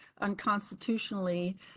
unconstitutionally